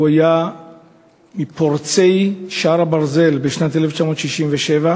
הוא היה מפורצי שער הברזל בשנת 1967,